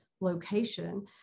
location